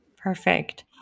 Perfect